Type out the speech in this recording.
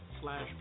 slash